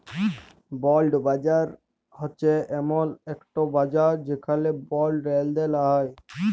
বল্ড বাজার হছে এমল ইকট বাজার যেখালে বল্ড লেলদেল হ্যয়